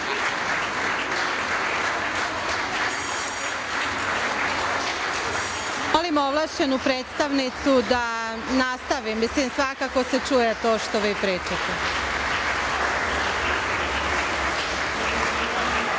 Molim ovlašćenu predstavnicu da nastavi, svakako se čuje to što vi pričate.